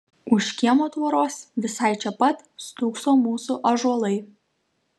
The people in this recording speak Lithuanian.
už kiemo tvoros visai čia pat stūkso mūsų ąžuolai